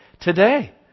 Today